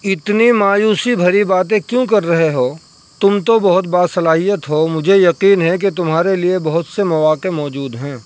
اتنی مایوسی بھری باتیں کیوں کر رہے ہو تم تو بہت باصلاحیت ہو مجھے یقین ہے کہ تمہارے لیے بہت سے مواقع موجود ہیں